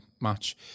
match